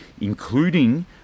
including